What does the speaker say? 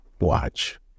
Watch